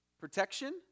Protection